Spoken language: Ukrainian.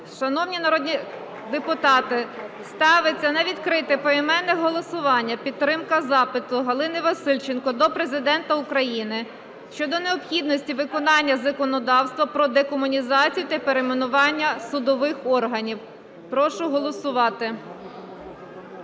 Шановні народні депутати, ставиться на відкрите поіменне голосування підтримка запиту Галини Васильченко до Президента України щодо необхідності виконання законодавства про декомунізацію та перейменування судових органів. Прошу голосувати.